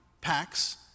packs